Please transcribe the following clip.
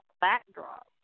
backdrop